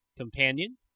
Companion